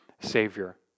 Savior